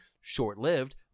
Short-lived